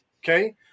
Okay